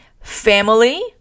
family